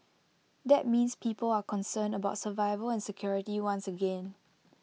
that means people are concerned about survival and security once again